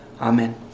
Amen